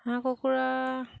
হাঁহ কুকুৰা